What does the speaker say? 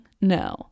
no